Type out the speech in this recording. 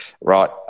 right